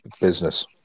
business